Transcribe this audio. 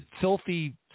Filthy